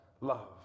love